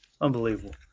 Unbelievable